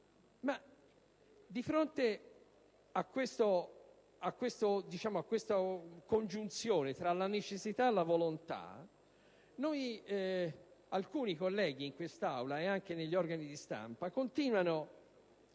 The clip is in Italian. Di fronte a questa congiunzione tra la necessità e la volontà, alcuni colleghi, in Aula ed anche negli organi di stampa, continuano